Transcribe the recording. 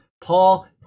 Paul